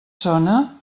sona